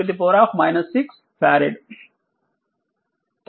510 6 farad